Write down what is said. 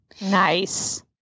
Nice